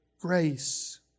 grace